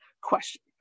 question